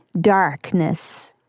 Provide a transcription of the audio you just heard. darkness